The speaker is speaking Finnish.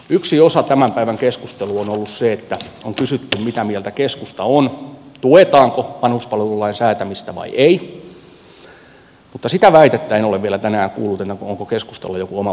yksi osa tämän päivän keskustelua on ollut se että on kysytty mitä mieltä keskusta on tuetaanko vanhuspalvelulain säätämistä vai ei mutta sitä kysymystä en ole vielä tänään kuullut että onko keskustalla joku oma vaihtoehto